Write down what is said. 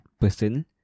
person